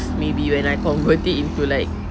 maybe when I convert it into like